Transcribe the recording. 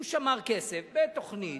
הוא שמר כסף בתוכנית.